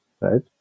right